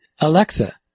Alexa